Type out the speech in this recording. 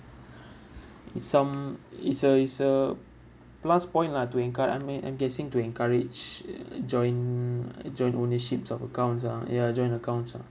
it's some it's a it's a plus point lah to encour~ I mean and they seem to encourage uh joint uh joint ownership of accounts ah ya joint accounts ah